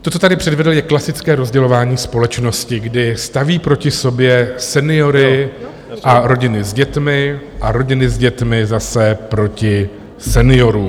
To, co tady předvedl je klasické rozdělování společnosti, kdy staví proti sobě seniory a rodiny s dětmi a rodiny s dětmi zase proti seniorům.